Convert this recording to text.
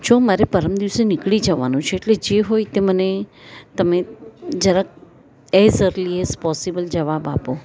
જો મારે પરમ દિવસે નીકળી જવાનું છે જે હોય તે મને તમે જરાક એઝ અર્લી એઝ પોસિબલ જવાબ આપો